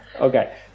okay